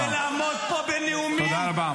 ולעמוד פה בנאומים -- תודה רבה.